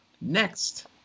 next